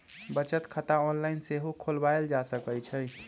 बचत खता ऑनलाइन सेहो खोलवायल जा सकइ छइ